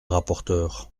rapporteure